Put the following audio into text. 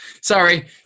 sorry